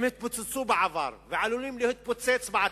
הם התפוצצו בעבר ועלולים להתפוצץ בעתיד.